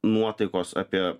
nuotaikos apie